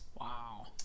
Wow